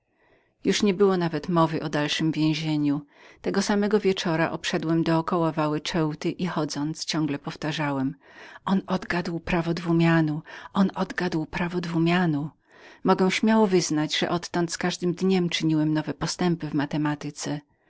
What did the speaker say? już nie było nawet mowy o dalszem więzieniu tego samego wieczora obszedłem do koła wały ceuty i chodząc ciągle powtarzałem on odgadł prawo binomu on odgadł prawo binomu mogę śmiało wyznać że odtąd z każdym dniem czyniłem nowe postępy w matematyce